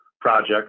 project